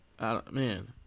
man